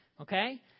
okay